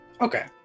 okay